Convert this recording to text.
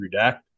redact